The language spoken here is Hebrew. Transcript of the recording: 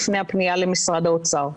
לפני הפניה למשרד האוצר.